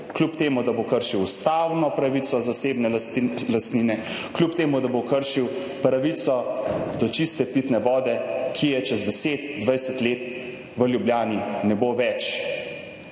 kljub temu, da bo kršil ustavno pravico zasebne lastnine, kljub temu, da bo kršil pravico do čiste pitne vode, ki je čez 10, 20 let v Ljubljani ne bo več.